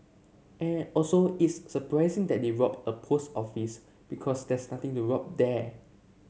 and also is surprising that they robbed a post office because there's nothing to rob there